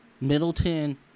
Middleton